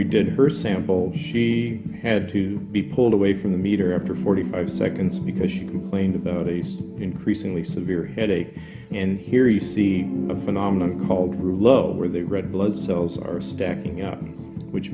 we did her sample she had to be pulled away from the meter after forty five seconds because she complained about ace increasingly severe headache and here you see a phenomenon called rule over the red blood cells are stacking up which